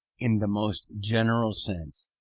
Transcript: in the most general sense,